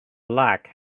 black